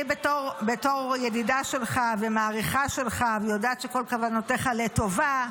אני בתור ידידה שלך ומעריכה שלך ויודעת שכל כוונותיך לטובה,